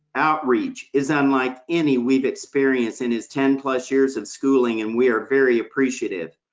outreach is unlike any we've experienced in his ten plus years of schooling, and we are very appreciative.